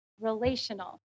relational